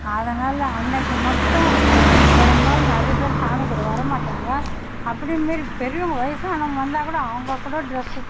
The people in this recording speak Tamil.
அதனால் அன்றைக்கி மட்டும் பெரும்பாலும் நிறைய பேர் சாமி கூட வர மாட்டாங்க அப்படியும் மீறி பெரியவங்க வயசானவங்க வந்தால் கூட அவங்க கூட ட்ரெஸ்ஸு